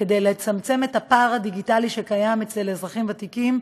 כדי לצמצם את הפער הדיגיטלי שקיים אצל אזרחים ותיקים,